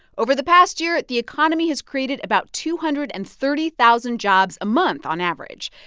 over the past year, the economy has created about two hundred and thirty thousand jobs a month on average.